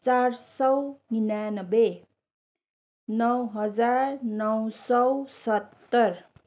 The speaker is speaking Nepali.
चार सय निनानब्बे नौ हजार नौ सय सत्तर